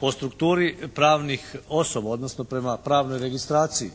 po strukturi pravnih osoba, odnosno prema pravnoj registraciji,